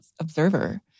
observer